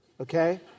Okay